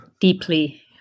deeply